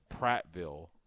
Prattville